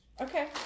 Okay